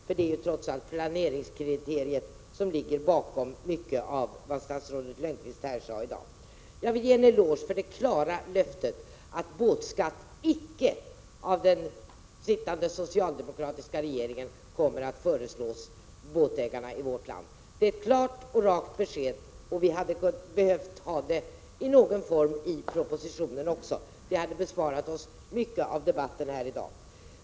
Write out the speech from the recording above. För det är ju trots allt planeringskriteriet som ligger bakom mycket av vad statsrådet Lönnqvist sade här. Jag vill ge en eloge för det klara löftet att båtskatt icke av den sittande socialdemokratiska regeringen kommer att föreslås för båtägarna i vårt land. Det är ett klart och rakt besked, och det borde ha funnits i någon form också i propositionen; det hade besparat oss mycket av debatten här i dag.